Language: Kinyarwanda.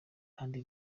kandi